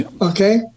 Okay